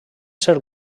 ser